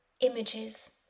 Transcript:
images